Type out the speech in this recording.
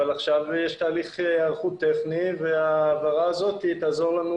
עכשיו יש תהליך היערכות טכני וההעברה הזאת תעזור לנו,